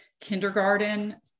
kindergarten